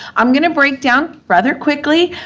i'm going to break down, rather quickly,